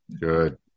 good